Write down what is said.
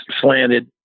slanted